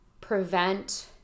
prevent